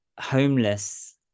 homeless